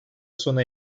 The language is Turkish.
sona